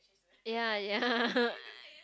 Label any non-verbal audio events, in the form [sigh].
ya ya [laughs]